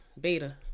Beta